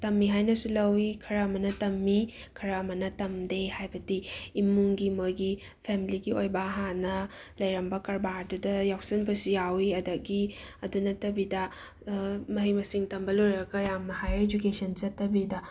ꯇꯝꯃꯤ ꯍꯥꯏꯅꯁꯨ ꯂꯧꯋꯤ ꯈꯔ ꯑꯃꯅ ꯇꯝꯃꯤ ꯈꯔ ꯑꯃꯅ ꯇꯝꯗꯦ ꯍꯥꯏꯕꯗꯤ ꯏꯃꯨꯡꯒꯤ ꯃꯣꯏꯒꯤ ꯐꯦꯃꯤꯂꯤꯒꯤ ꯑꯣꯏꯕ ꯍꯥꯟꯅ ꯂꯩꯔꯝꯕ ꯀꯔꯕꯥꯔꯗꯨꯗ ꯌꯥꯎꯁꯟꯕꯁꯨ ꯌꯥꯎꯋꯤ ꯑꯗꯒꯤ ꯑꯗꯨ ꯅꯠꯇꯕꯤꯗ ꯃꯍꯩ ꯃꯁꯤꯡ ꯇꯝꯕ ꯂꯣꯏꯔꯒ ꯌꯥꯝ ꯍꯥꯏꯌꯔ ꯏꯗꯨꯀꯦꯁꯟ ꯆꯠꯇꯕꯤꯗ